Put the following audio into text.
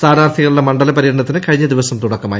സ്ഥാനാർഥികളുടെ മണ്ഡല പര്യടനത്തിന് കഴിഞ്ഞ ദിവസം തുടക്കമായി